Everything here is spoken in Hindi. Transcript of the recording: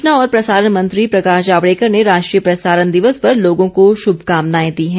सूचना और प्रसारण मंत्री प्रकाश जावड़ेकर ने राष्ट्रीय प्रसारण दिवस पर लोगों को श्भकामनाएं दी हैं